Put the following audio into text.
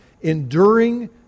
enduring